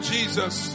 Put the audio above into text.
Jesus